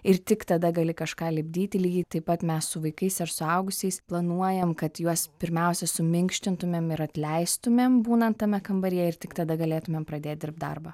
ir tik tada gali kažką lipdyti lygiai taip pat mes su vaikais ir suaugusiais planuojam kad juos pirmiausia suminkštintumėm ir atleistumėm būnant tame kambaryje ir tik tada galėtumėm pradėt dirbt darbą